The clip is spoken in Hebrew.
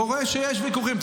קורה שיש ויכוחים.